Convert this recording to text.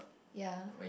ya